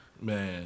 Man